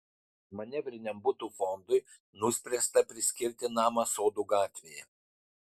manevriniam butų fondui nuspręsta priskirti namą sodų gatvėje